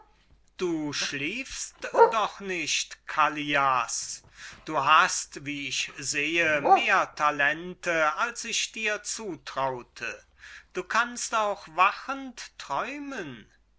du schliefst doch nicht callias du hast wie ich sehe mehr talente als du nötig hast du kannst auch wachend träumen